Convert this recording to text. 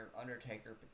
Undertaker